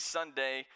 Sunday